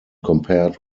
compared